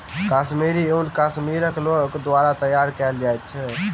कश्मीरी ऊन कश्मीरक लोक द्वारा तैयार कयल जाइत अछि